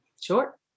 Sure